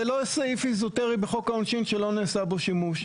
זה לא סעיף אזוטרי בחוק העונשין שלא נעשה בו שימוש.